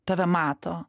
tave mato